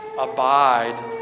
Abide